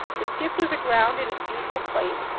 the skiff was aground in its usual place.